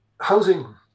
housing